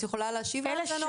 את יכולה להשיב עליה?